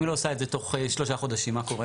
אם היא לא עושה את זה תוך שלושה חודשים, מה קורה?